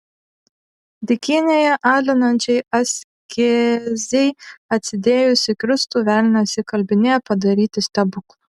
dykynėje alinančiai askezei atsidėjusį kristų velnias įkalbinėja padaryti stebuklą